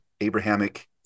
Abrahamic